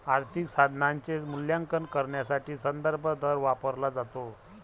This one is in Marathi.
आर्थिक साधनाचे मूल्यांकन करण्यासाठी संदर्भ दर वापरला जातो